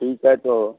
ठीक है तो